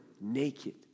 naked